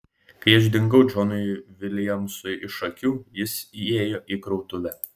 kai aš dingau džonui viljamsui iš akių jis įėjo į krautuvę